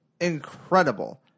incredible